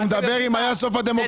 הוא מדבר על זה שאם היה סוף הדמוקרטיה.